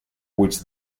which